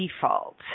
default